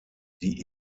die